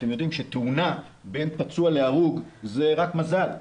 אתם יודעים שתאונה בין פצוע להרוג זה רק מזל.